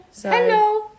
Hello